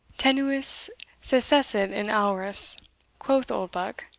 tenues secessit in auras, quoth oldbuck.